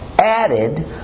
Added